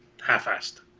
half-assed